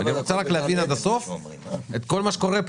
אני רוצה רק להבין עד הסוף את כל מה שקורה פה,